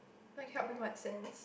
like help in what sense